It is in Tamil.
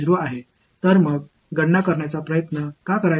எனவே ஏன் கணக்கிட முயற்சி செய்கிறீர்கள்